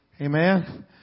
Amen